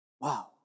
Wow